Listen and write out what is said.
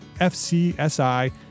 FCSI